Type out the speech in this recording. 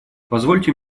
позвольте